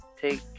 Take